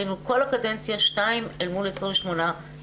היינו כל הקדנציה שתיים אל מול 28 מנכ"לים.